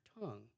tongue